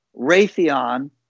Raytheon